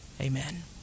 Amen